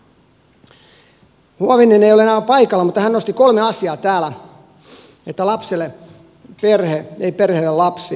huovinen ei ole enää paikalla mutta hän nosti kolme asiaa täällä kuten sen että lapselle perhe ei perheelle lapsi